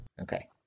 Okay